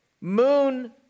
moon